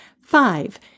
Five